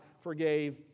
forgave